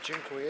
Dziękuję.